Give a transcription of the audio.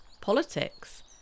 politics